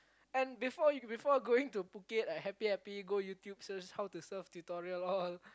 and before you before going to Phuket like happy happy go YouTube search how to surf tutorial all